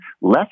less